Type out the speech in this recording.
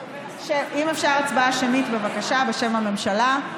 אם אפשר, הצבעה שמית, בבקשה, בשם הממשלה.